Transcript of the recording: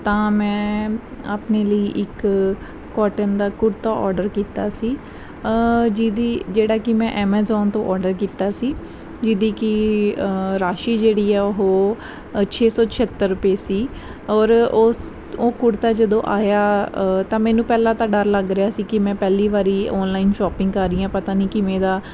ਤਾਂ ਮੈਂ ਆਪਣੇ ਲਈ ਇੱਕ ਕੋਟਨ ਦਾ ਕੁੜਤਾ ਆਰਡਰ ਕੀਤਾ ਸੀ ਜਿਹਦੀ ਜਿਹੜਾ ਕਿ ਮੈਂ ਐਮਾਜ਼ਾਨ ਤੋਂ ਆਰਡਰ ਕੀਤਾ ਸੀ ਜਿਹਦੀ ਕਿ ਰਾਸ਼ੀ ਜਿਹੜੀ ਹੈ ਉਹ ਛੇ ਸੌ ਛਿਹੱਤਰ ਰੁਪਏ ਸੀ ਔਰ ਉਸ ਉਹ ਕੁੜਤਾ ਜਦੋਂ ਆਇਆ ਤਾਂ ਮੈਨੂੰ ਪਹਿਲਾਂ ਤਾਂ ਡਰ ਲੱਗ ਰਿਹਾ ਸੀ ਕਿ ਮੈਂ ਪਹਿਲੀ ਵਾਰੀ ਆਨਲਾਈਨ ਸ਼ਾਪਿੰਗ ਕਰ ਰਹੀ ਹਾਂ ਪਤਾ ਨਹੀਂ ਕਿਵੇਂ ਦਾ